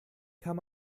kann